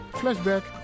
flashback